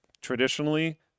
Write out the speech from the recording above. traditionally